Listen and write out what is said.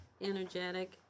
energetic